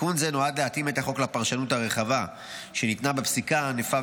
תיקון זה נועד להתאים את החוק לפרשנות הרחבה שניתנה בפסיקה הענפה